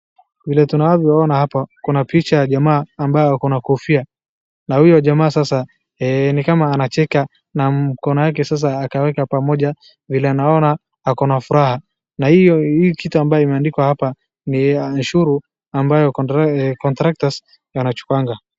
Vile tunavyo ona hapa, kuna picha ya jamaa ambaye ako na kofia, na huyo jamaa sasa nikama anacheka na mkono yake sasa akaweka pamoja, vile naona ako na furaha, na hii kitu inaandikwa hapa ni ashuru ambayo contractors wanachukuanga.